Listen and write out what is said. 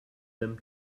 them